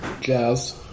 jazz